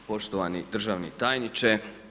Poštovani državni tajniče.